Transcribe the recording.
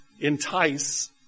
entice